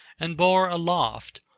and bore aloft,